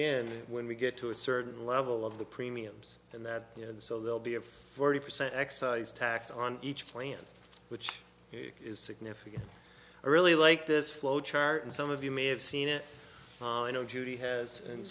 in when we get to a certain level of the premiums and that you know so they'll be of forty percent excise tax on each plant which is significant i really like this flow chart and some of you may have seen it i know judy has and